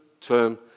term